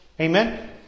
amen